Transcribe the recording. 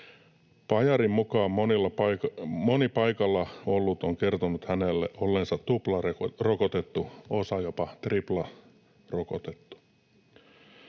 Pajarin mukaan moni paikalla ollut on kertonut hänelle olleensa tuplarokotettu, osa jopa triplarokotettu.